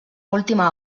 última